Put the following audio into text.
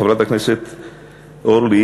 חברת הכנסת אורלי,